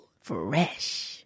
Fresh